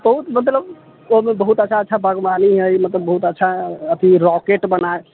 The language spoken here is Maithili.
बहुत मतलब ओहिमे बहुत अच्छा अच्छा बगवानी हय मतलब बहुत अच्छा अथि रॉकेट बना